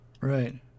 right